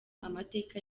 amateka